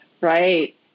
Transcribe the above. Right